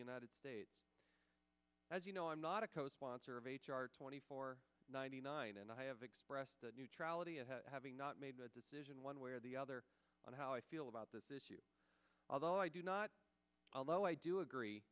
united states as you know i'm not a co sponsor of h r twenty four ninety nine and i have expressed the neutrality of having not made a decision one way or the other on how i feel about this issue although i do not allow i do agree